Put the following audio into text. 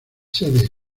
sede